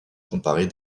comparés